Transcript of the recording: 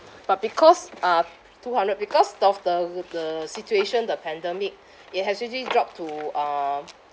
but because uh two hundred because of the the situation the pandemic it has already drop to uh